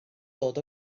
dod